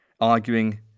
arguing